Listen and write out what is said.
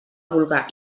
vulga